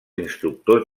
instructors